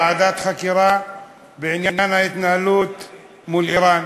ועדת חקירה בעניין ההתנהלות מול איראן.